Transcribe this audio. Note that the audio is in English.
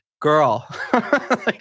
girl